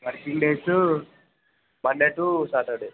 working days Monday to Saturday